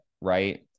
right